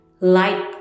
Light